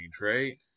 right